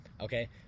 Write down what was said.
okay